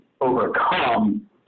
overcome